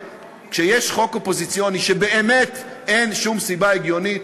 כך אם יש חוק אופוזיציוני שבאמת אין שום סיבה הגיונית,